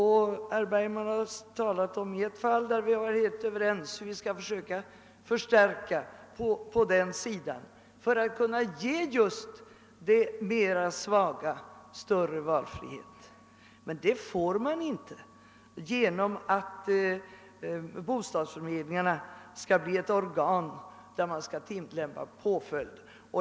Herr Bergman tog upp ett fall där vi var helt överens om hur vi skulle försöka förstärka den sidan för att kunna ge just de svagare större valfrihet. Men det får de inte genom att vi gör bostadsförmedlingen till ett organ som skall verkställa påföljd.